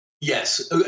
Yes